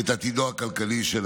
את עתידו הכלכלי של הילד.